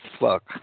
fuck